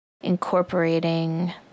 incorporating